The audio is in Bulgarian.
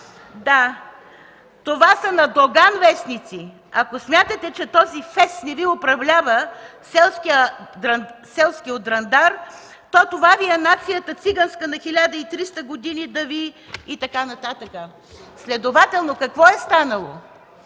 „Това са на Доган вестници. Ако смятате, че този фес не Ви управлява, селски от Дръндар, то това Ви е нацията циганска на 1300 години да Ви …” и така нататък. Следователно какво е станало?